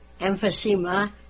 emphysema